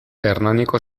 hernaniko